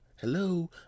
Hello